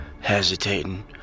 hesitating